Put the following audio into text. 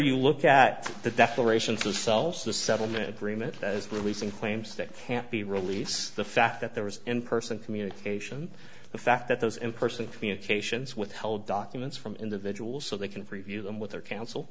you look at the declaration through sells the settlement agreement as releasing claims that can't be release the fact that there was in person communication the fact that those in person communications withheld documents from individuals so they can review them with their c